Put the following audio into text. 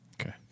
Okay